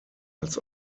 als